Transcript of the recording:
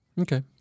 Okay